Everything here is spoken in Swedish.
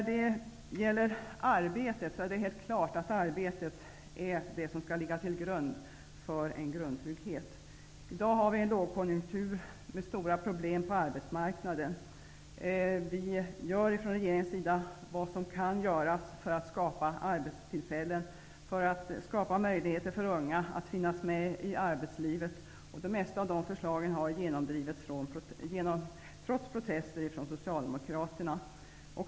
Det är helt klart att arbetet är det som skall ligga till grund för en grundtrygghet. I dag har vi en lågkonjunktur med stora problem på arbetsmarknaden. Regeringen gör vad som kan göras för att skapa arbetstillfällen, för att skapa möjligheter för unga att finnas med i arbetslivet. De flesta av de åtgärderna har genomdrivits trots protester från Socialdemokraterna.